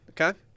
okay